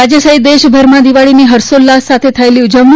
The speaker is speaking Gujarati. રાજ્ય સહિત દેશભરમાં દીવાળીની ફર્ષોલ્લાસ સાથે થયેલી ઉજવણી